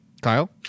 Kyle